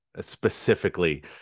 specifically